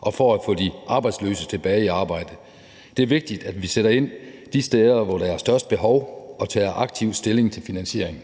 og for at få de arbejdsløse tilbage i arbejde. Det er vigtigt, at vi sætter ind de steder, hvor der er størst behov, og tager aktivt stilling til finansieringen.